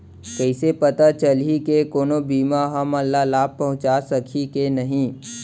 कइसे पता चलही के कोनो बीमा हमला लाभ पहूँचा सकही के नही